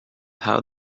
how